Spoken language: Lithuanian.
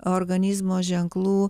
organizmo ženklų